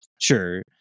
Sure